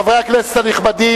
חברי הכנסת הנכבדים,